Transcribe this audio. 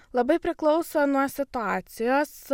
labai priklauso nuo situacijos